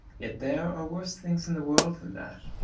yet there are worse things in the world than that.